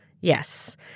Yes